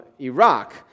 Iraq